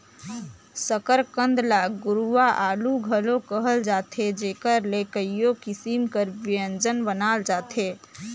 सकरकंद ल गुरूवां आलू घलो कहल जाथे जेकर ले कइयो किसिम कर ब्यंजन बनाल जाथे